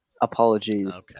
Apologies